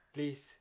Please